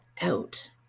out